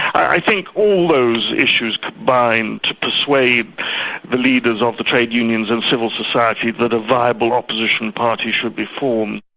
i think all those issues combined to persuade the leaders of the trade unions and civil society that a viable opposition party should be formed.